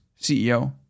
CEO